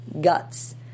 guts